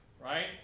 Right